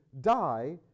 die